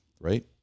right